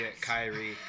Kyrie